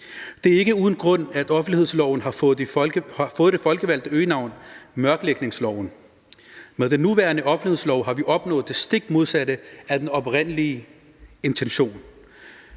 Det er ikke uden grund, at offentlighedsloven har fået det folkevalgte øgenavn mørklægningsloven. Med den nuværende offentlighedslov har vi opnået det stik modsatte af den oprindelige intention,